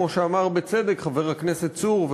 כמו שאמר בצדק חבר הכנסת צור,